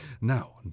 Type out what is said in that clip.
Now